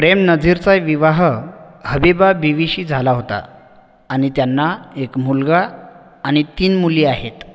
प्रेम नझीरचा विवाह हबीबा बीवीशी झाला होता आणि त्यांना एक मुलगा आणि तीन मुली आहेत